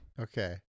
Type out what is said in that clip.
Okay